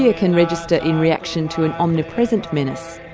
yeah can register in reaction to an omnipresent menace,